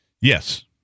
Yes